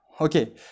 okay